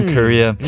Korea